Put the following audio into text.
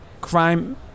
crime